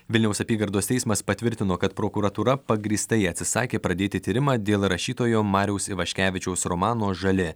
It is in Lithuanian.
vilniaus apygardos teismas patvirtino kad prokuratūra pagrįstai atsisakė pradėti tyrimą dėl rašytojo mariaus ivaškevičiaus romano žali